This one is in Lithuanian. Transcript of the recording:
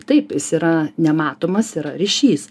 taip jis yra nematomas yra ryšys